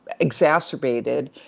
exacerbated